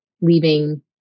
leaving